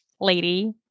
lady